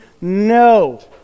No